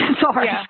Sorry